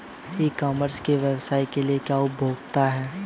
ई commerce के व्यवसाय के लिए क्या उपयोगिता है?